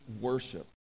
worship